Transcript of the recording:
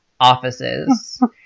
offices